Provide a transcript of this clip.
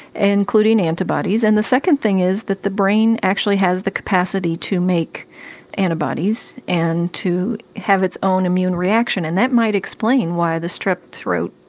including antibodies. and the second thing is that the brain actually has the capacity to make antibodies and to have its own immune reaction. and that might explain why the strep throat,